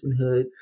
personhood